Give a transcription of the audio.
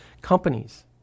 companies